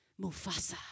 Mufasa